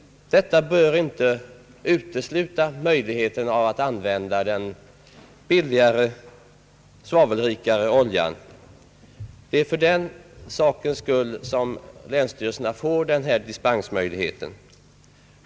Denna utformning av lagens bestämmelser utesluter inte möjligheten att använda den billigare, svavelrikare oljan. Det är därför länsstyrelserna har givits en dispensmöjlighet.